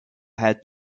had